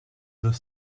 deux